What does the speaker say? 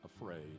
afraid